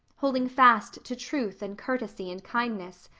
holding fast to truth and courtesy and kindness,